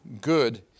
good